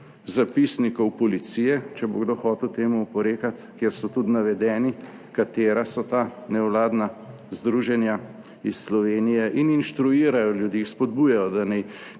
zapisnikov policije, če bo kdo hotel temu oporekati, kjer so tudi navedeni katera so ta nevladna združenja iz Slovenije in inštruirajo ljudi, jih spodbujajo, da naj